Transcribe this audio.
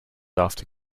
after